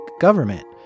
government